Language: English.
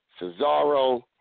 Cesaro